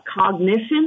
cognition